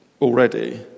already